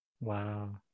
Wow